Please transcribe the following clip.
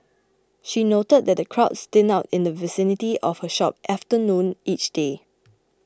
she noted that the crowds thin out in the vicinity of her shop after noon each day